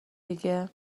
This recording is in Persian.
دیگه